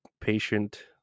patient